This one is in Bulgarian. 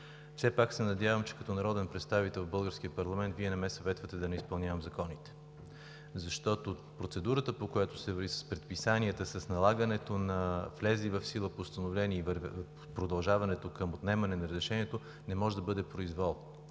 Все пак се надявам, че като народен представител в българския парламент Вие не ме съветвате да не изпълнявам законите, защото процедурата, по която се върви с предписанията, с налагането на влезли в сила постановления и продължаването към отнемане на разрешението, не може да бъде произвол.